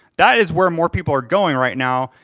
that is where more people are going right now,